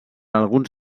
alguns